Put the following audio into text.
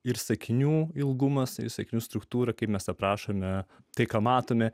ir sakinių ilgumas sakinių struktūra kai mes aprašome tai ką matome